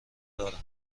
دارم